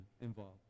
involved